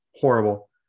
Horrible